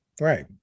Right